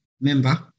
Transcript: member